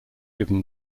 given